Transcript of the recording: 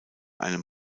einem